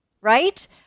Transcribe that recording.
right